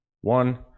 one